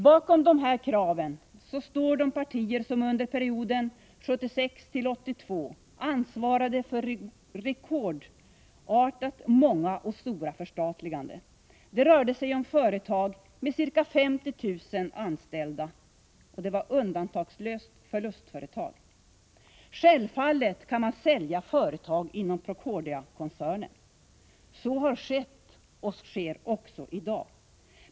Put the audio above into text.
Bakom dessa krav står de partier som under perioden 1976-1982 ansvarade för rekordartat många och stora förstatliganden. Det rörde sig om företag med ca 50 000 anställda, och det var undantagslöst förlustföretag. Självfallet kan man sälja företag inom Procordiakoncernen. Så har skett och sker också i dag.